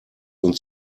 uns